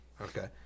Okay